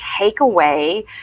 takeaway